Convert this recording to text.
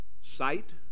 sight